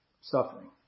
suffering